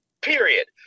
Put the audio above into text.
Period